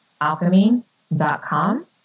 alchemy.com